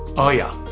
oh yeah.